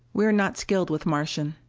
we are not skilled with martian.